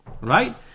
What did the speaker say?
Right